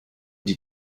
die